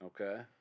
Okay